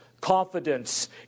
confidence